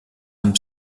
amb